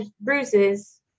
bruises